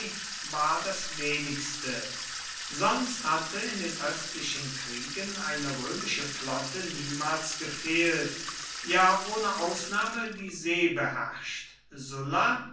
war das wenigste sonst hatte in den östlichen kriegen eine römische flotte niemals gefehlt ja ohne ausnahme die see beherrscht sulla